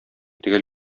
төгәл